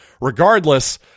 regardless